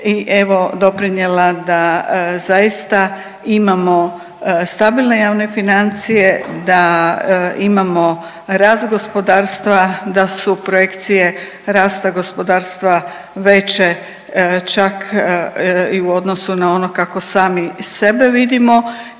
i evo doprinijela da zaista imamo stabilne javne financije, da imamo rast gospodarstva, da su projekcije rasta gospodarstva veće čak i u odnosu na ono kako sami sebe vidimo